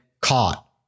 caught